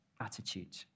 attitude